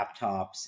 laptops